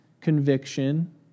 conviction